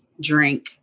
drink